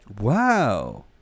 Wow